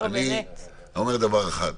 חיים,